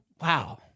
Wow